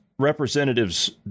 representative's